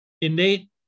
Innate